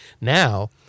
Now